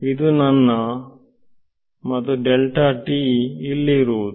ಇದುನನ್ನ ಮತ್ತು ಇಲ್ಲಿ ಇರುವುದು